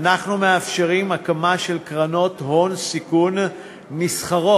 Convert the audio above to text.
אנחנו מאפשרים הקמה של קרנות הון סיכון נסחרות,